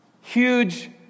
huge